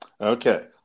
Okay